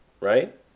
right